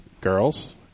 girls